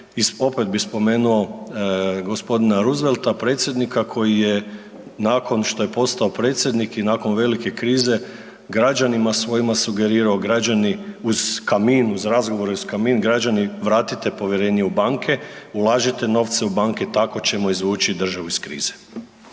opet bi spomenu gospodina Roosevelta predsjednika koji je nakon što je postao predsjednik i nakon velike krize građanima svojima sugerirao, građani uz kamin, uz razgovor uz kamin građani vratite povjerenje u banke, ulažite novce u banke tako ćemo izvući državu iz krize.